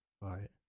Right